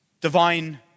divine